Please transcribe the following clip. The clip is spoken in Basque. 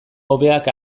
hobeak